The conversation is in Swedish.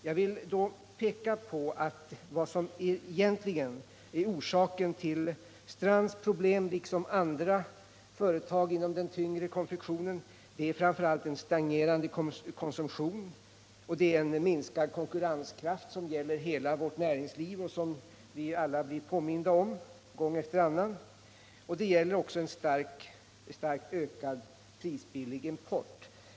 Jag vill då peka på att vad som egentligen är orsaken till Strands problem, liksom andra företags inom den tyngre konfektionen, framför allt är en stagnerande konsumtion och en minskad konkurrenskraft, som gäller hela vårt näringsliv och som vi alla blir påminda om gång efter annan. Det gäller också en starkt ökad prisbillig import.